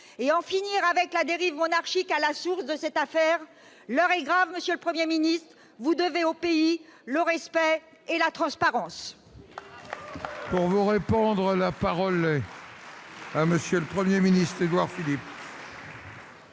et d'en finir avec la dérive monarchique qui est à la source de cette affaire. L'heure est grave, monsieur le Premier ministre. Vous devez au pays le respect et la transparence.